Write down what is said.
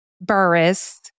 Burris